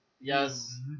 yes